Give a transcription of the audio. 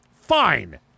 fine